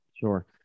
Sure